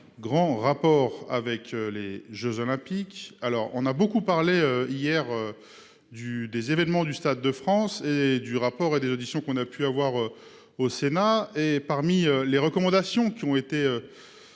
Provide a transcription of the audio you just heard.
grand rapport avec les Jeux olympiques. Alors on a beaucoup parlé hier. Du des événements du Stade de France et du rapport et des auditions qu'on a pu avoir. Au Sénat, et parmi les recommandations qui ont été.